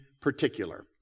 particular